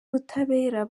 ubutabera